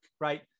right